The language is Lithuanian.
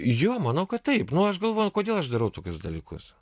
jo manau kad taip nu aš galvoju kodėl aš darau tokius dalykus